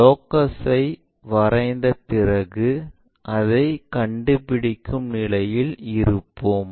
லோகஸை வரைந்த பிறகு அதைக் கண்டுபிடிக்கும் நிலையில் இருப்போம்